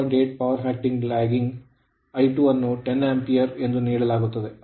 8ಪವರ್ factor lagging I2 ಅನ್ನು 10 ampere ಎಂದು ನೀಡಲಾಗುತ್ತದೆ